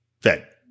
fed